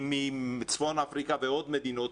צפון אפריקה ועוד מדינות,